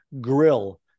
grill